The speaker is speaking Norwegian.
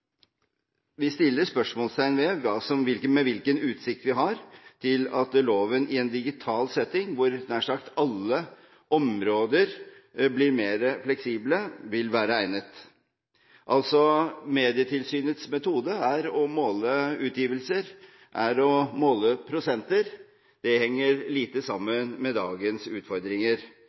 Vi stiller spørsmål ved med hvilken utsikt vi har til at loven vil være egnet i en digital setting hvor nær sagt alle områder blir mer fleksible. Medietilsynets metode er å måle utgivelser og prosenter. Det henger lite sammen med dagens utfordringer.